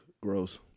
Gross